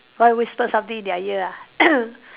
why whisper something in their ear ah